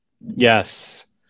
yes